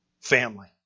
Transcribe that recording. family